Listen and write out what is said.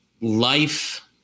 life